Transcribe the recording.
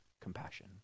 compassion